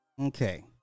Okay